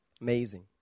Amazing